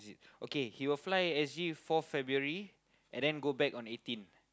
okay he will fly exit fourth February and then go back on eighteen